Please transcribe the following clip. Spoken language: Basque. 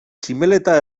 tximeleta